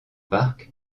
parc